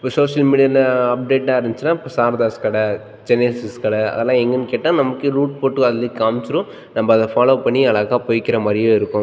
இப்போ சோஷியல் மீடியாவில் அப்டேட்டாக இருந்துச்சுனால் இப்போ சாரதாஸ் கடை சென்னை சில்க்ஸ் கடை அதெல்லாம் எங்கேன்னு கேட்டால் நமக்கே ரூட் போட்டு அதிலே காமிச்சுரும் நம்ம அதை ஃபாலோ பண்ணி அழகா போயிக்கிற மாதிரியே இருக்கும்